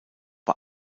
bei